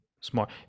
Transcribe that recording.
smart